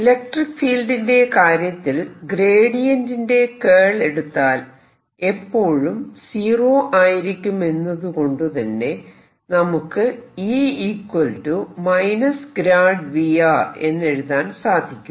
electric ഫീൽഡിന്റെ കാര്യത്തിൽ gradient ന്റെ കേൾ എടുത്താൽ എപ്പോഴും സീറോ ആയിരിക്കുമെന്നതുകൊണ്ടുതന്നെ നമുക്ക് E V എന്നെഴുതാൻ സാധിക്കും